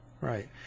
right